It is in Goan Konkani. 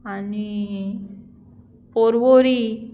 आनी परवरी